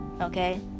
Okay